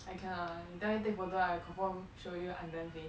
I cannot you tell me take photo I confirm show you unglue face